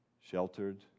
sheltered